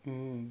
mm